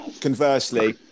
conversely